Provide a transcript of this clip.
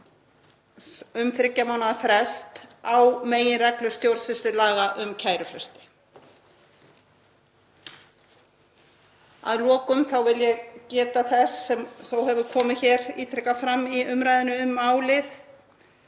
um þriggja mánaða frest á meginreglu stjórnsýslulaga um kærufresti. Að lokum vil ég geta þess, sem þó hefur komið ítrekað fram í umræðunni um málið,